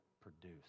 produce